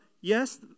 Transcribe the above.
Yes